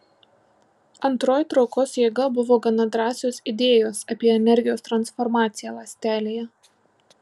antroji traukos jėga buvo gana drąsios idėjos apie energijos transformaciją ląstelėje